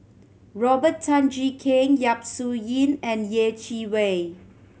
Robert Tan Jee Keng Yap Su Yin and Yeh Chi Wei